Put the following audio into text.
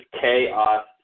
chaos